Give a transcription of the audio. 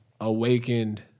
awakened